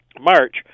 March